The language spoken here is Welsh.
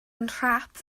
nhrap